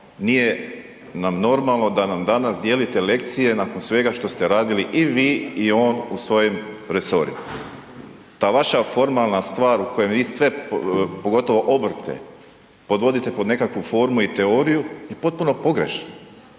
nije nam normalno da nam danas dijelite lekcije nakon svega što ste radili i vi i on u svojim resorima. Ta vaša formalna stvar u kojem vi sve, pogotovo obrte podvodite pod nekakvu formu i teoriju je potpuno pogrešna.